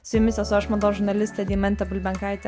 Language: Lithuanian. su jumis esu aš mados žurnalistė deimantė bulbenkaitė